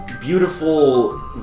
beautiful